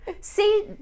See